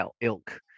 ilk